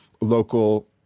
local